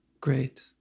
Great